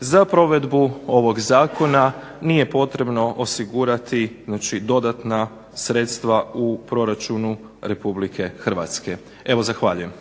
Za provedbu ovog zakona nije potrebno osigurati, znači dodatna sredstva u proračunu RH. Evo, zahvaljujem.